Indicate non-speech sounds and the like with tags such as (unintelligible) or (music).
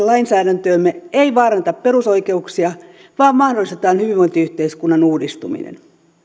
(unintelligible) lainsäädäntöömme ei vaaranneta perusoikeuksia vaan mahdollistetaan hyvinvointiyhteiskunnan uudistuminen